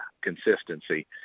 consistency